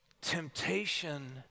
Temptation